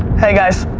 hey guys,